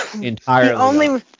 entirely